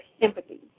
sympathy